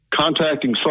contacting